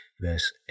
verse